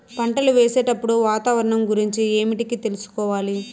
పంటలు వేసేటప్పుడు వాతావరణం గురించి ఏమిటికి తెలుసుకోవాలి?